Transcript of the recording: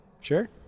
Sure